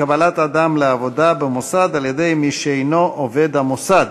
קבלת אדם לעבודה במוסד על-ידי מי שאינו עובד המוסד),